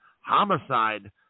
Homicide